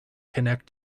connect